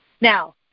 Now